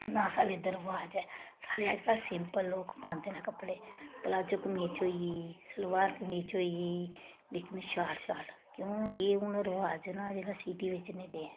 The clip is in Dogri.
ना साढ़े इद्धर रवाज ऐ साढ़े अजकल्ल सिंपल लोक पांदे न कपड़े प्लाजो कमीज होई गेई सलवार कमीज होई गेई लेकिन शार्ट शार्ट क्यों एह् हुन रवाज ना जेह्ड़ा सिटी बिच्च निं रेह्